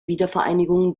wiedervereinigung